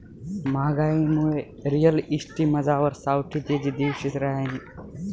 म्हागाईनामुये रिअल इस्टेटमझार सावठी तेजी दिवशी रहायनी